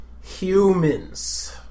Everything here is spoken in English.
Humans